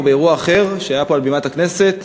או באירוע אחר שהיה פה במליאת הכנסת,